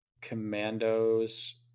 Commandos